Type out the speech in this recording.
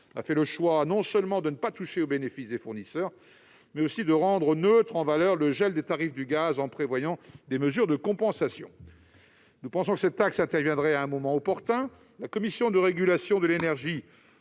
a choisi, non seulement de ne pas toucher aux bénéfices des fournisseurs, mais aussi de rendre neutre en valeur le gel des tarifs du gaz en prévoyant des mesures de compensation. Selon nous, cette taxe interviendrait à un moment opportun. La Commission de régulation de l'énergie